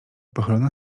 pochylona